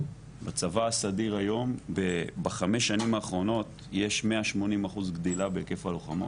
הצבא הסדיר היום בחמש שנים האחרונות יש 180 אחוז גדילה בהיקף הלוחמות,